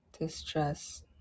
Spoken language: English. distress